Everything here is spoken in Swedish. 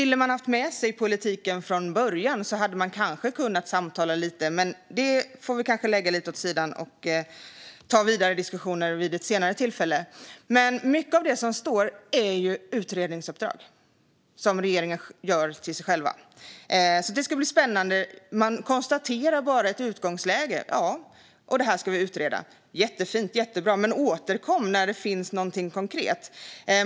Hade man velat ha med sig politiken från början skulle man kanske ha kunnat samtala lite, men det får vi lägga åt sidan och ta vidare diskussioner om vid ett senare tillfälle. Mycket av det som finns med där är utredningsuppdrag som regeringen ger till sig själv. Det ska bli spännande. Man konstaterar bara ett utgångsläge och menar att man ska utreda det. Ja, det är jättebra, men återkom när det finns någonting konkret!